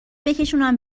بکشونم